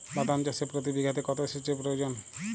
বাদাম চাষে প্রতি বিঘাতে কত সেচের প্রয়োজন?